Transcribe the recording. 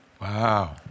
Wow